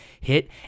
hit